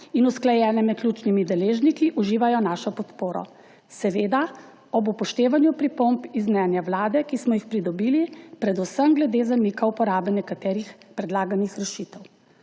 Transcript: in usklajene med ključnimi deležniki, uživajo našo podporo. Seveda ob upoštevanju pripomb iz mnenja Vlade, ki smo jih pridobili, predvsem glede zamika uporabe nekaterih predlaganih rešitev.